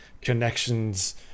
connections